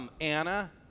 Anna